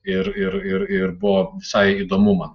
ir ir ir ir buvo visai įdomu man